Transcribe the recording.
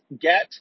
get